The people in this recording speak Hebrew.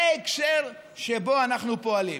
זה ההקשר שבו אנחנו פועלים.